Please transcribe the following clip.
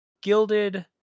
gilded